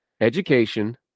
education